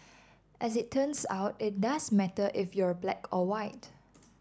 as it turns out it does matter if you're black or white